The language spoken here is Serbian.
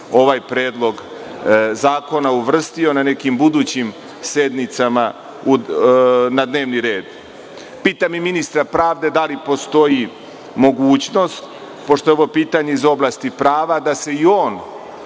ovaj predlog zakona uvrstio na nekim budućim sednicama na dnevni red. Pitam i ministra pravde, da li postoji mogućnost, pošto je ovo pitanje iz oblasti prava, da se i on